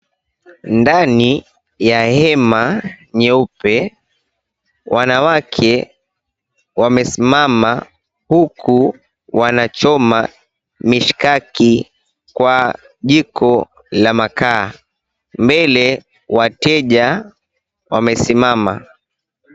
Ndani ya hema nyeupe wanawake wamesimama huku wanachoma mishkaki kwa jiko la makaa. Mbele wateja wamesimama.